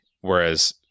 whereas